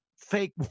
fake